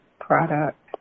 Product